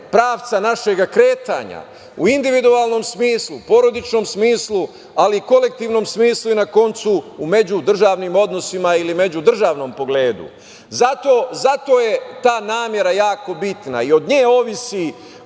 pravca našeg kretanja u individualnom smislu, porodičnom smislu, ali kolektivnom smislu i na koncu u međudržavnim odnosima ili međudržavnom pogledu. Zato je ta namera jako bitna i od nje ovisi